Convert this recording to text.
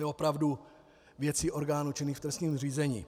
To je opravdu věcí orgánů činných v trestním řízení.